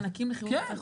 כן.